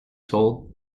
told